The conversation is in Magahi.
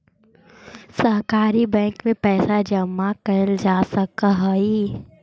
सहकारी बैंक में पइसा जमा कैल जा सकऽ हइ